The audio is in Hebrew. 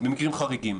במקרים חריגים.